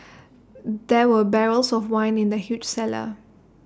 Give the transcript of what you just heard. there were barrels of wine in the huge cellar